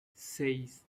seis